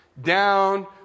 down